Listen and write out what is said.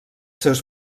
seus